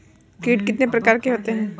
कीट कितने प्रकार के होते हैं?